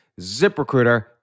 ZipRecruiter